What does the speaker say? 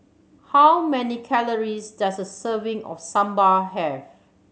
how many calories does a serving of Sambar have